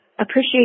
appreciate